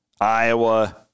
Iowa